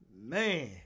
man